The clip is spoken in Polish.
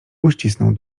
uścisnął